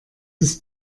ist